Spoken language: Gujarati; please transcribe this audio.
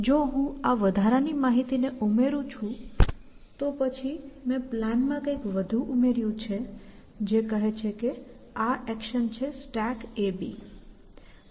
જો હું આ વધારાની માહિતીને ઉમેરું છું તો પછી મેં પ્લાનમાં કંઈક વધુ ઉમેર્યું છે જે કહે છે કે આ એક્શન છે StackAB